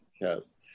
Yes